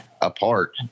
apart